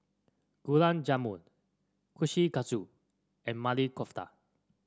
Gulab Jamun Kushikatsu and Maili Kofta